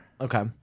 Okay